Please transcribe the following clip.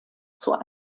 zur